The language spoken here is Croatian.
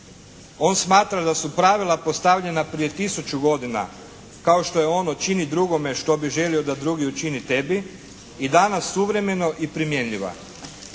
On smatra da su pravila postavljena prije tisuću godinu kao što je ono čini drugome što bi želio da drugi učini tepi i danas suvremeno i primjenjiva.